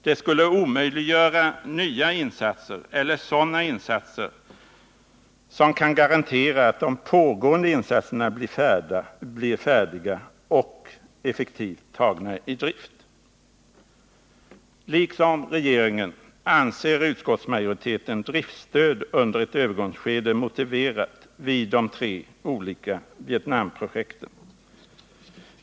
Det skulle omöjliggöra nya insatser eller sådana insatser som kan garantera att de pågående insatserna blir färdiga och effektivt tagna i drift. Liksom regeringen anser utskottsmajoriteten driftstöd under ett övergångsskede motiverat vid de tre olika Vietnamprojekten.